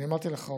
אמרתי לך,